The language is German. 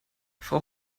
frau